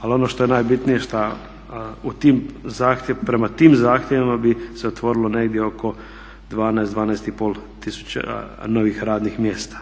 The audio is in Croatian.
ali ono što je najbitnije šta o tom zahtjevima, prema tim zahtjevima bi se otvorilo negdje oko 12, 12,5 tisuća novih radnih mjesta.